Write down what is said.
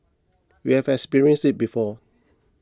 we have experienced it before